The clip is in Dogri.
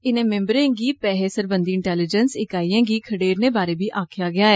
इस च इनें मैम्बरें गी पैहे सरबंधी इंटेलीजैन्स इकाइयें गी खडेरने बारै बी आक्खेआ गेआ ऐ